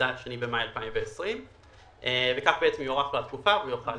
ה-2 במאי 2020. כך בעצם תוארך לו התקופה והוא יוכל